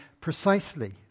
precisely